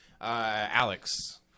Alex